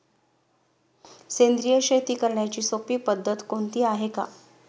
सेंद्रिय शेती करण्याची सोपी पद्धत कोणती आहे का?